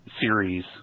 series